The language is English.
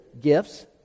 gifts